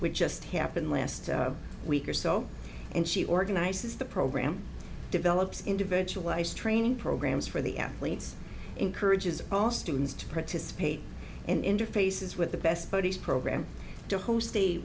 which just happened last week or so and she organizes the program develops individualized training programs for the athletes encourages all students to participate in interfaces with the best buddies program t